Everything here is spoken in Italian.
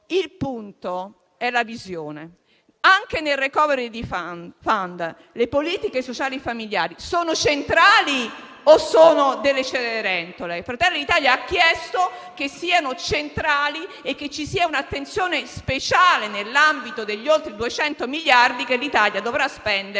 il punto è la visione. Anche nel *recovery fund* le politiche sociali e familiari sono centrali o sono cenerentole? Fratelli d'Italia ha chiesto che siano centrali e che ci sia un'attenzione speciale nell'ambito degli oltre 200 miliardi che l'Italia dovrà spendere